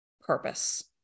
purpose